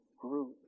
group